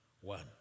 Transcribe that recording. One